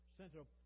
central